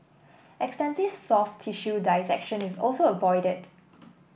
extensive soft tissue dissection is also avoided